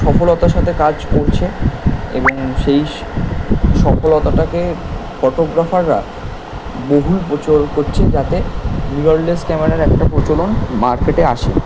সফলতার সাথে কাজ করছে এবং সেই সফলতাটাকে ফটোগ্রাফাররা বহুল প্রচার করছে যাতে মিররলেস ক্যামেরার একটা প্রচলন মার্কেটে আসে